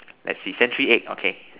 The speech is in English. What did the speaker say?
let's see century egg okay